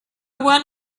one